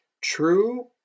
true